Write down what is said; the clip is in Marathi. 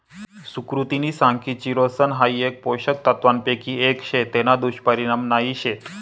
सुकृतिनी सांग की चिरोसन हाई अशा पोषक तत्वांपैकी एक शे तेना दुष्परिणाम नाही शेत